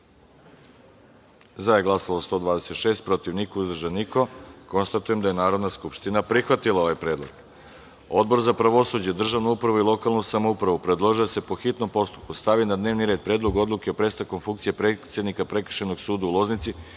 za – 126, protiv – niko, uzdržanih – nema. Konstatujem da je Narodna skupština prihvatila ovaj predlog. Odbor za pravosuđe, državnu upravu i lokalnu samoupravu predložio je da se po hitnom postupku stavi na dnevni red – Predlog odluke o prestanku funkcije predsednika Prekršajnog sud u Loznici,